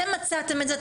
אתם מצאתם את זה,